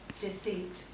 deceit